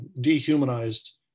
dehumanized